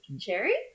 Cherry